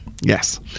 Yes